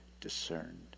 discerned